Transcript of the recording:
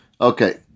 Okay